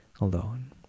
alone